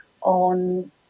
on